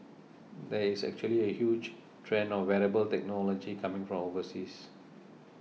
there is actually a huge trend of wearable technology coming from overseas